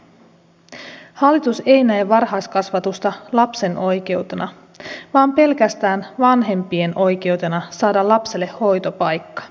hallitus ei näe varhaiskasvatusta lapsen oikeutena vaan pelkästään vanhempien oikeutena saada lapselle hoitopaikka